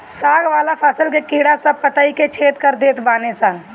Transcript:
साग वाला फसल के कीड़ा सब पतइ के छेद कर देत बाने सन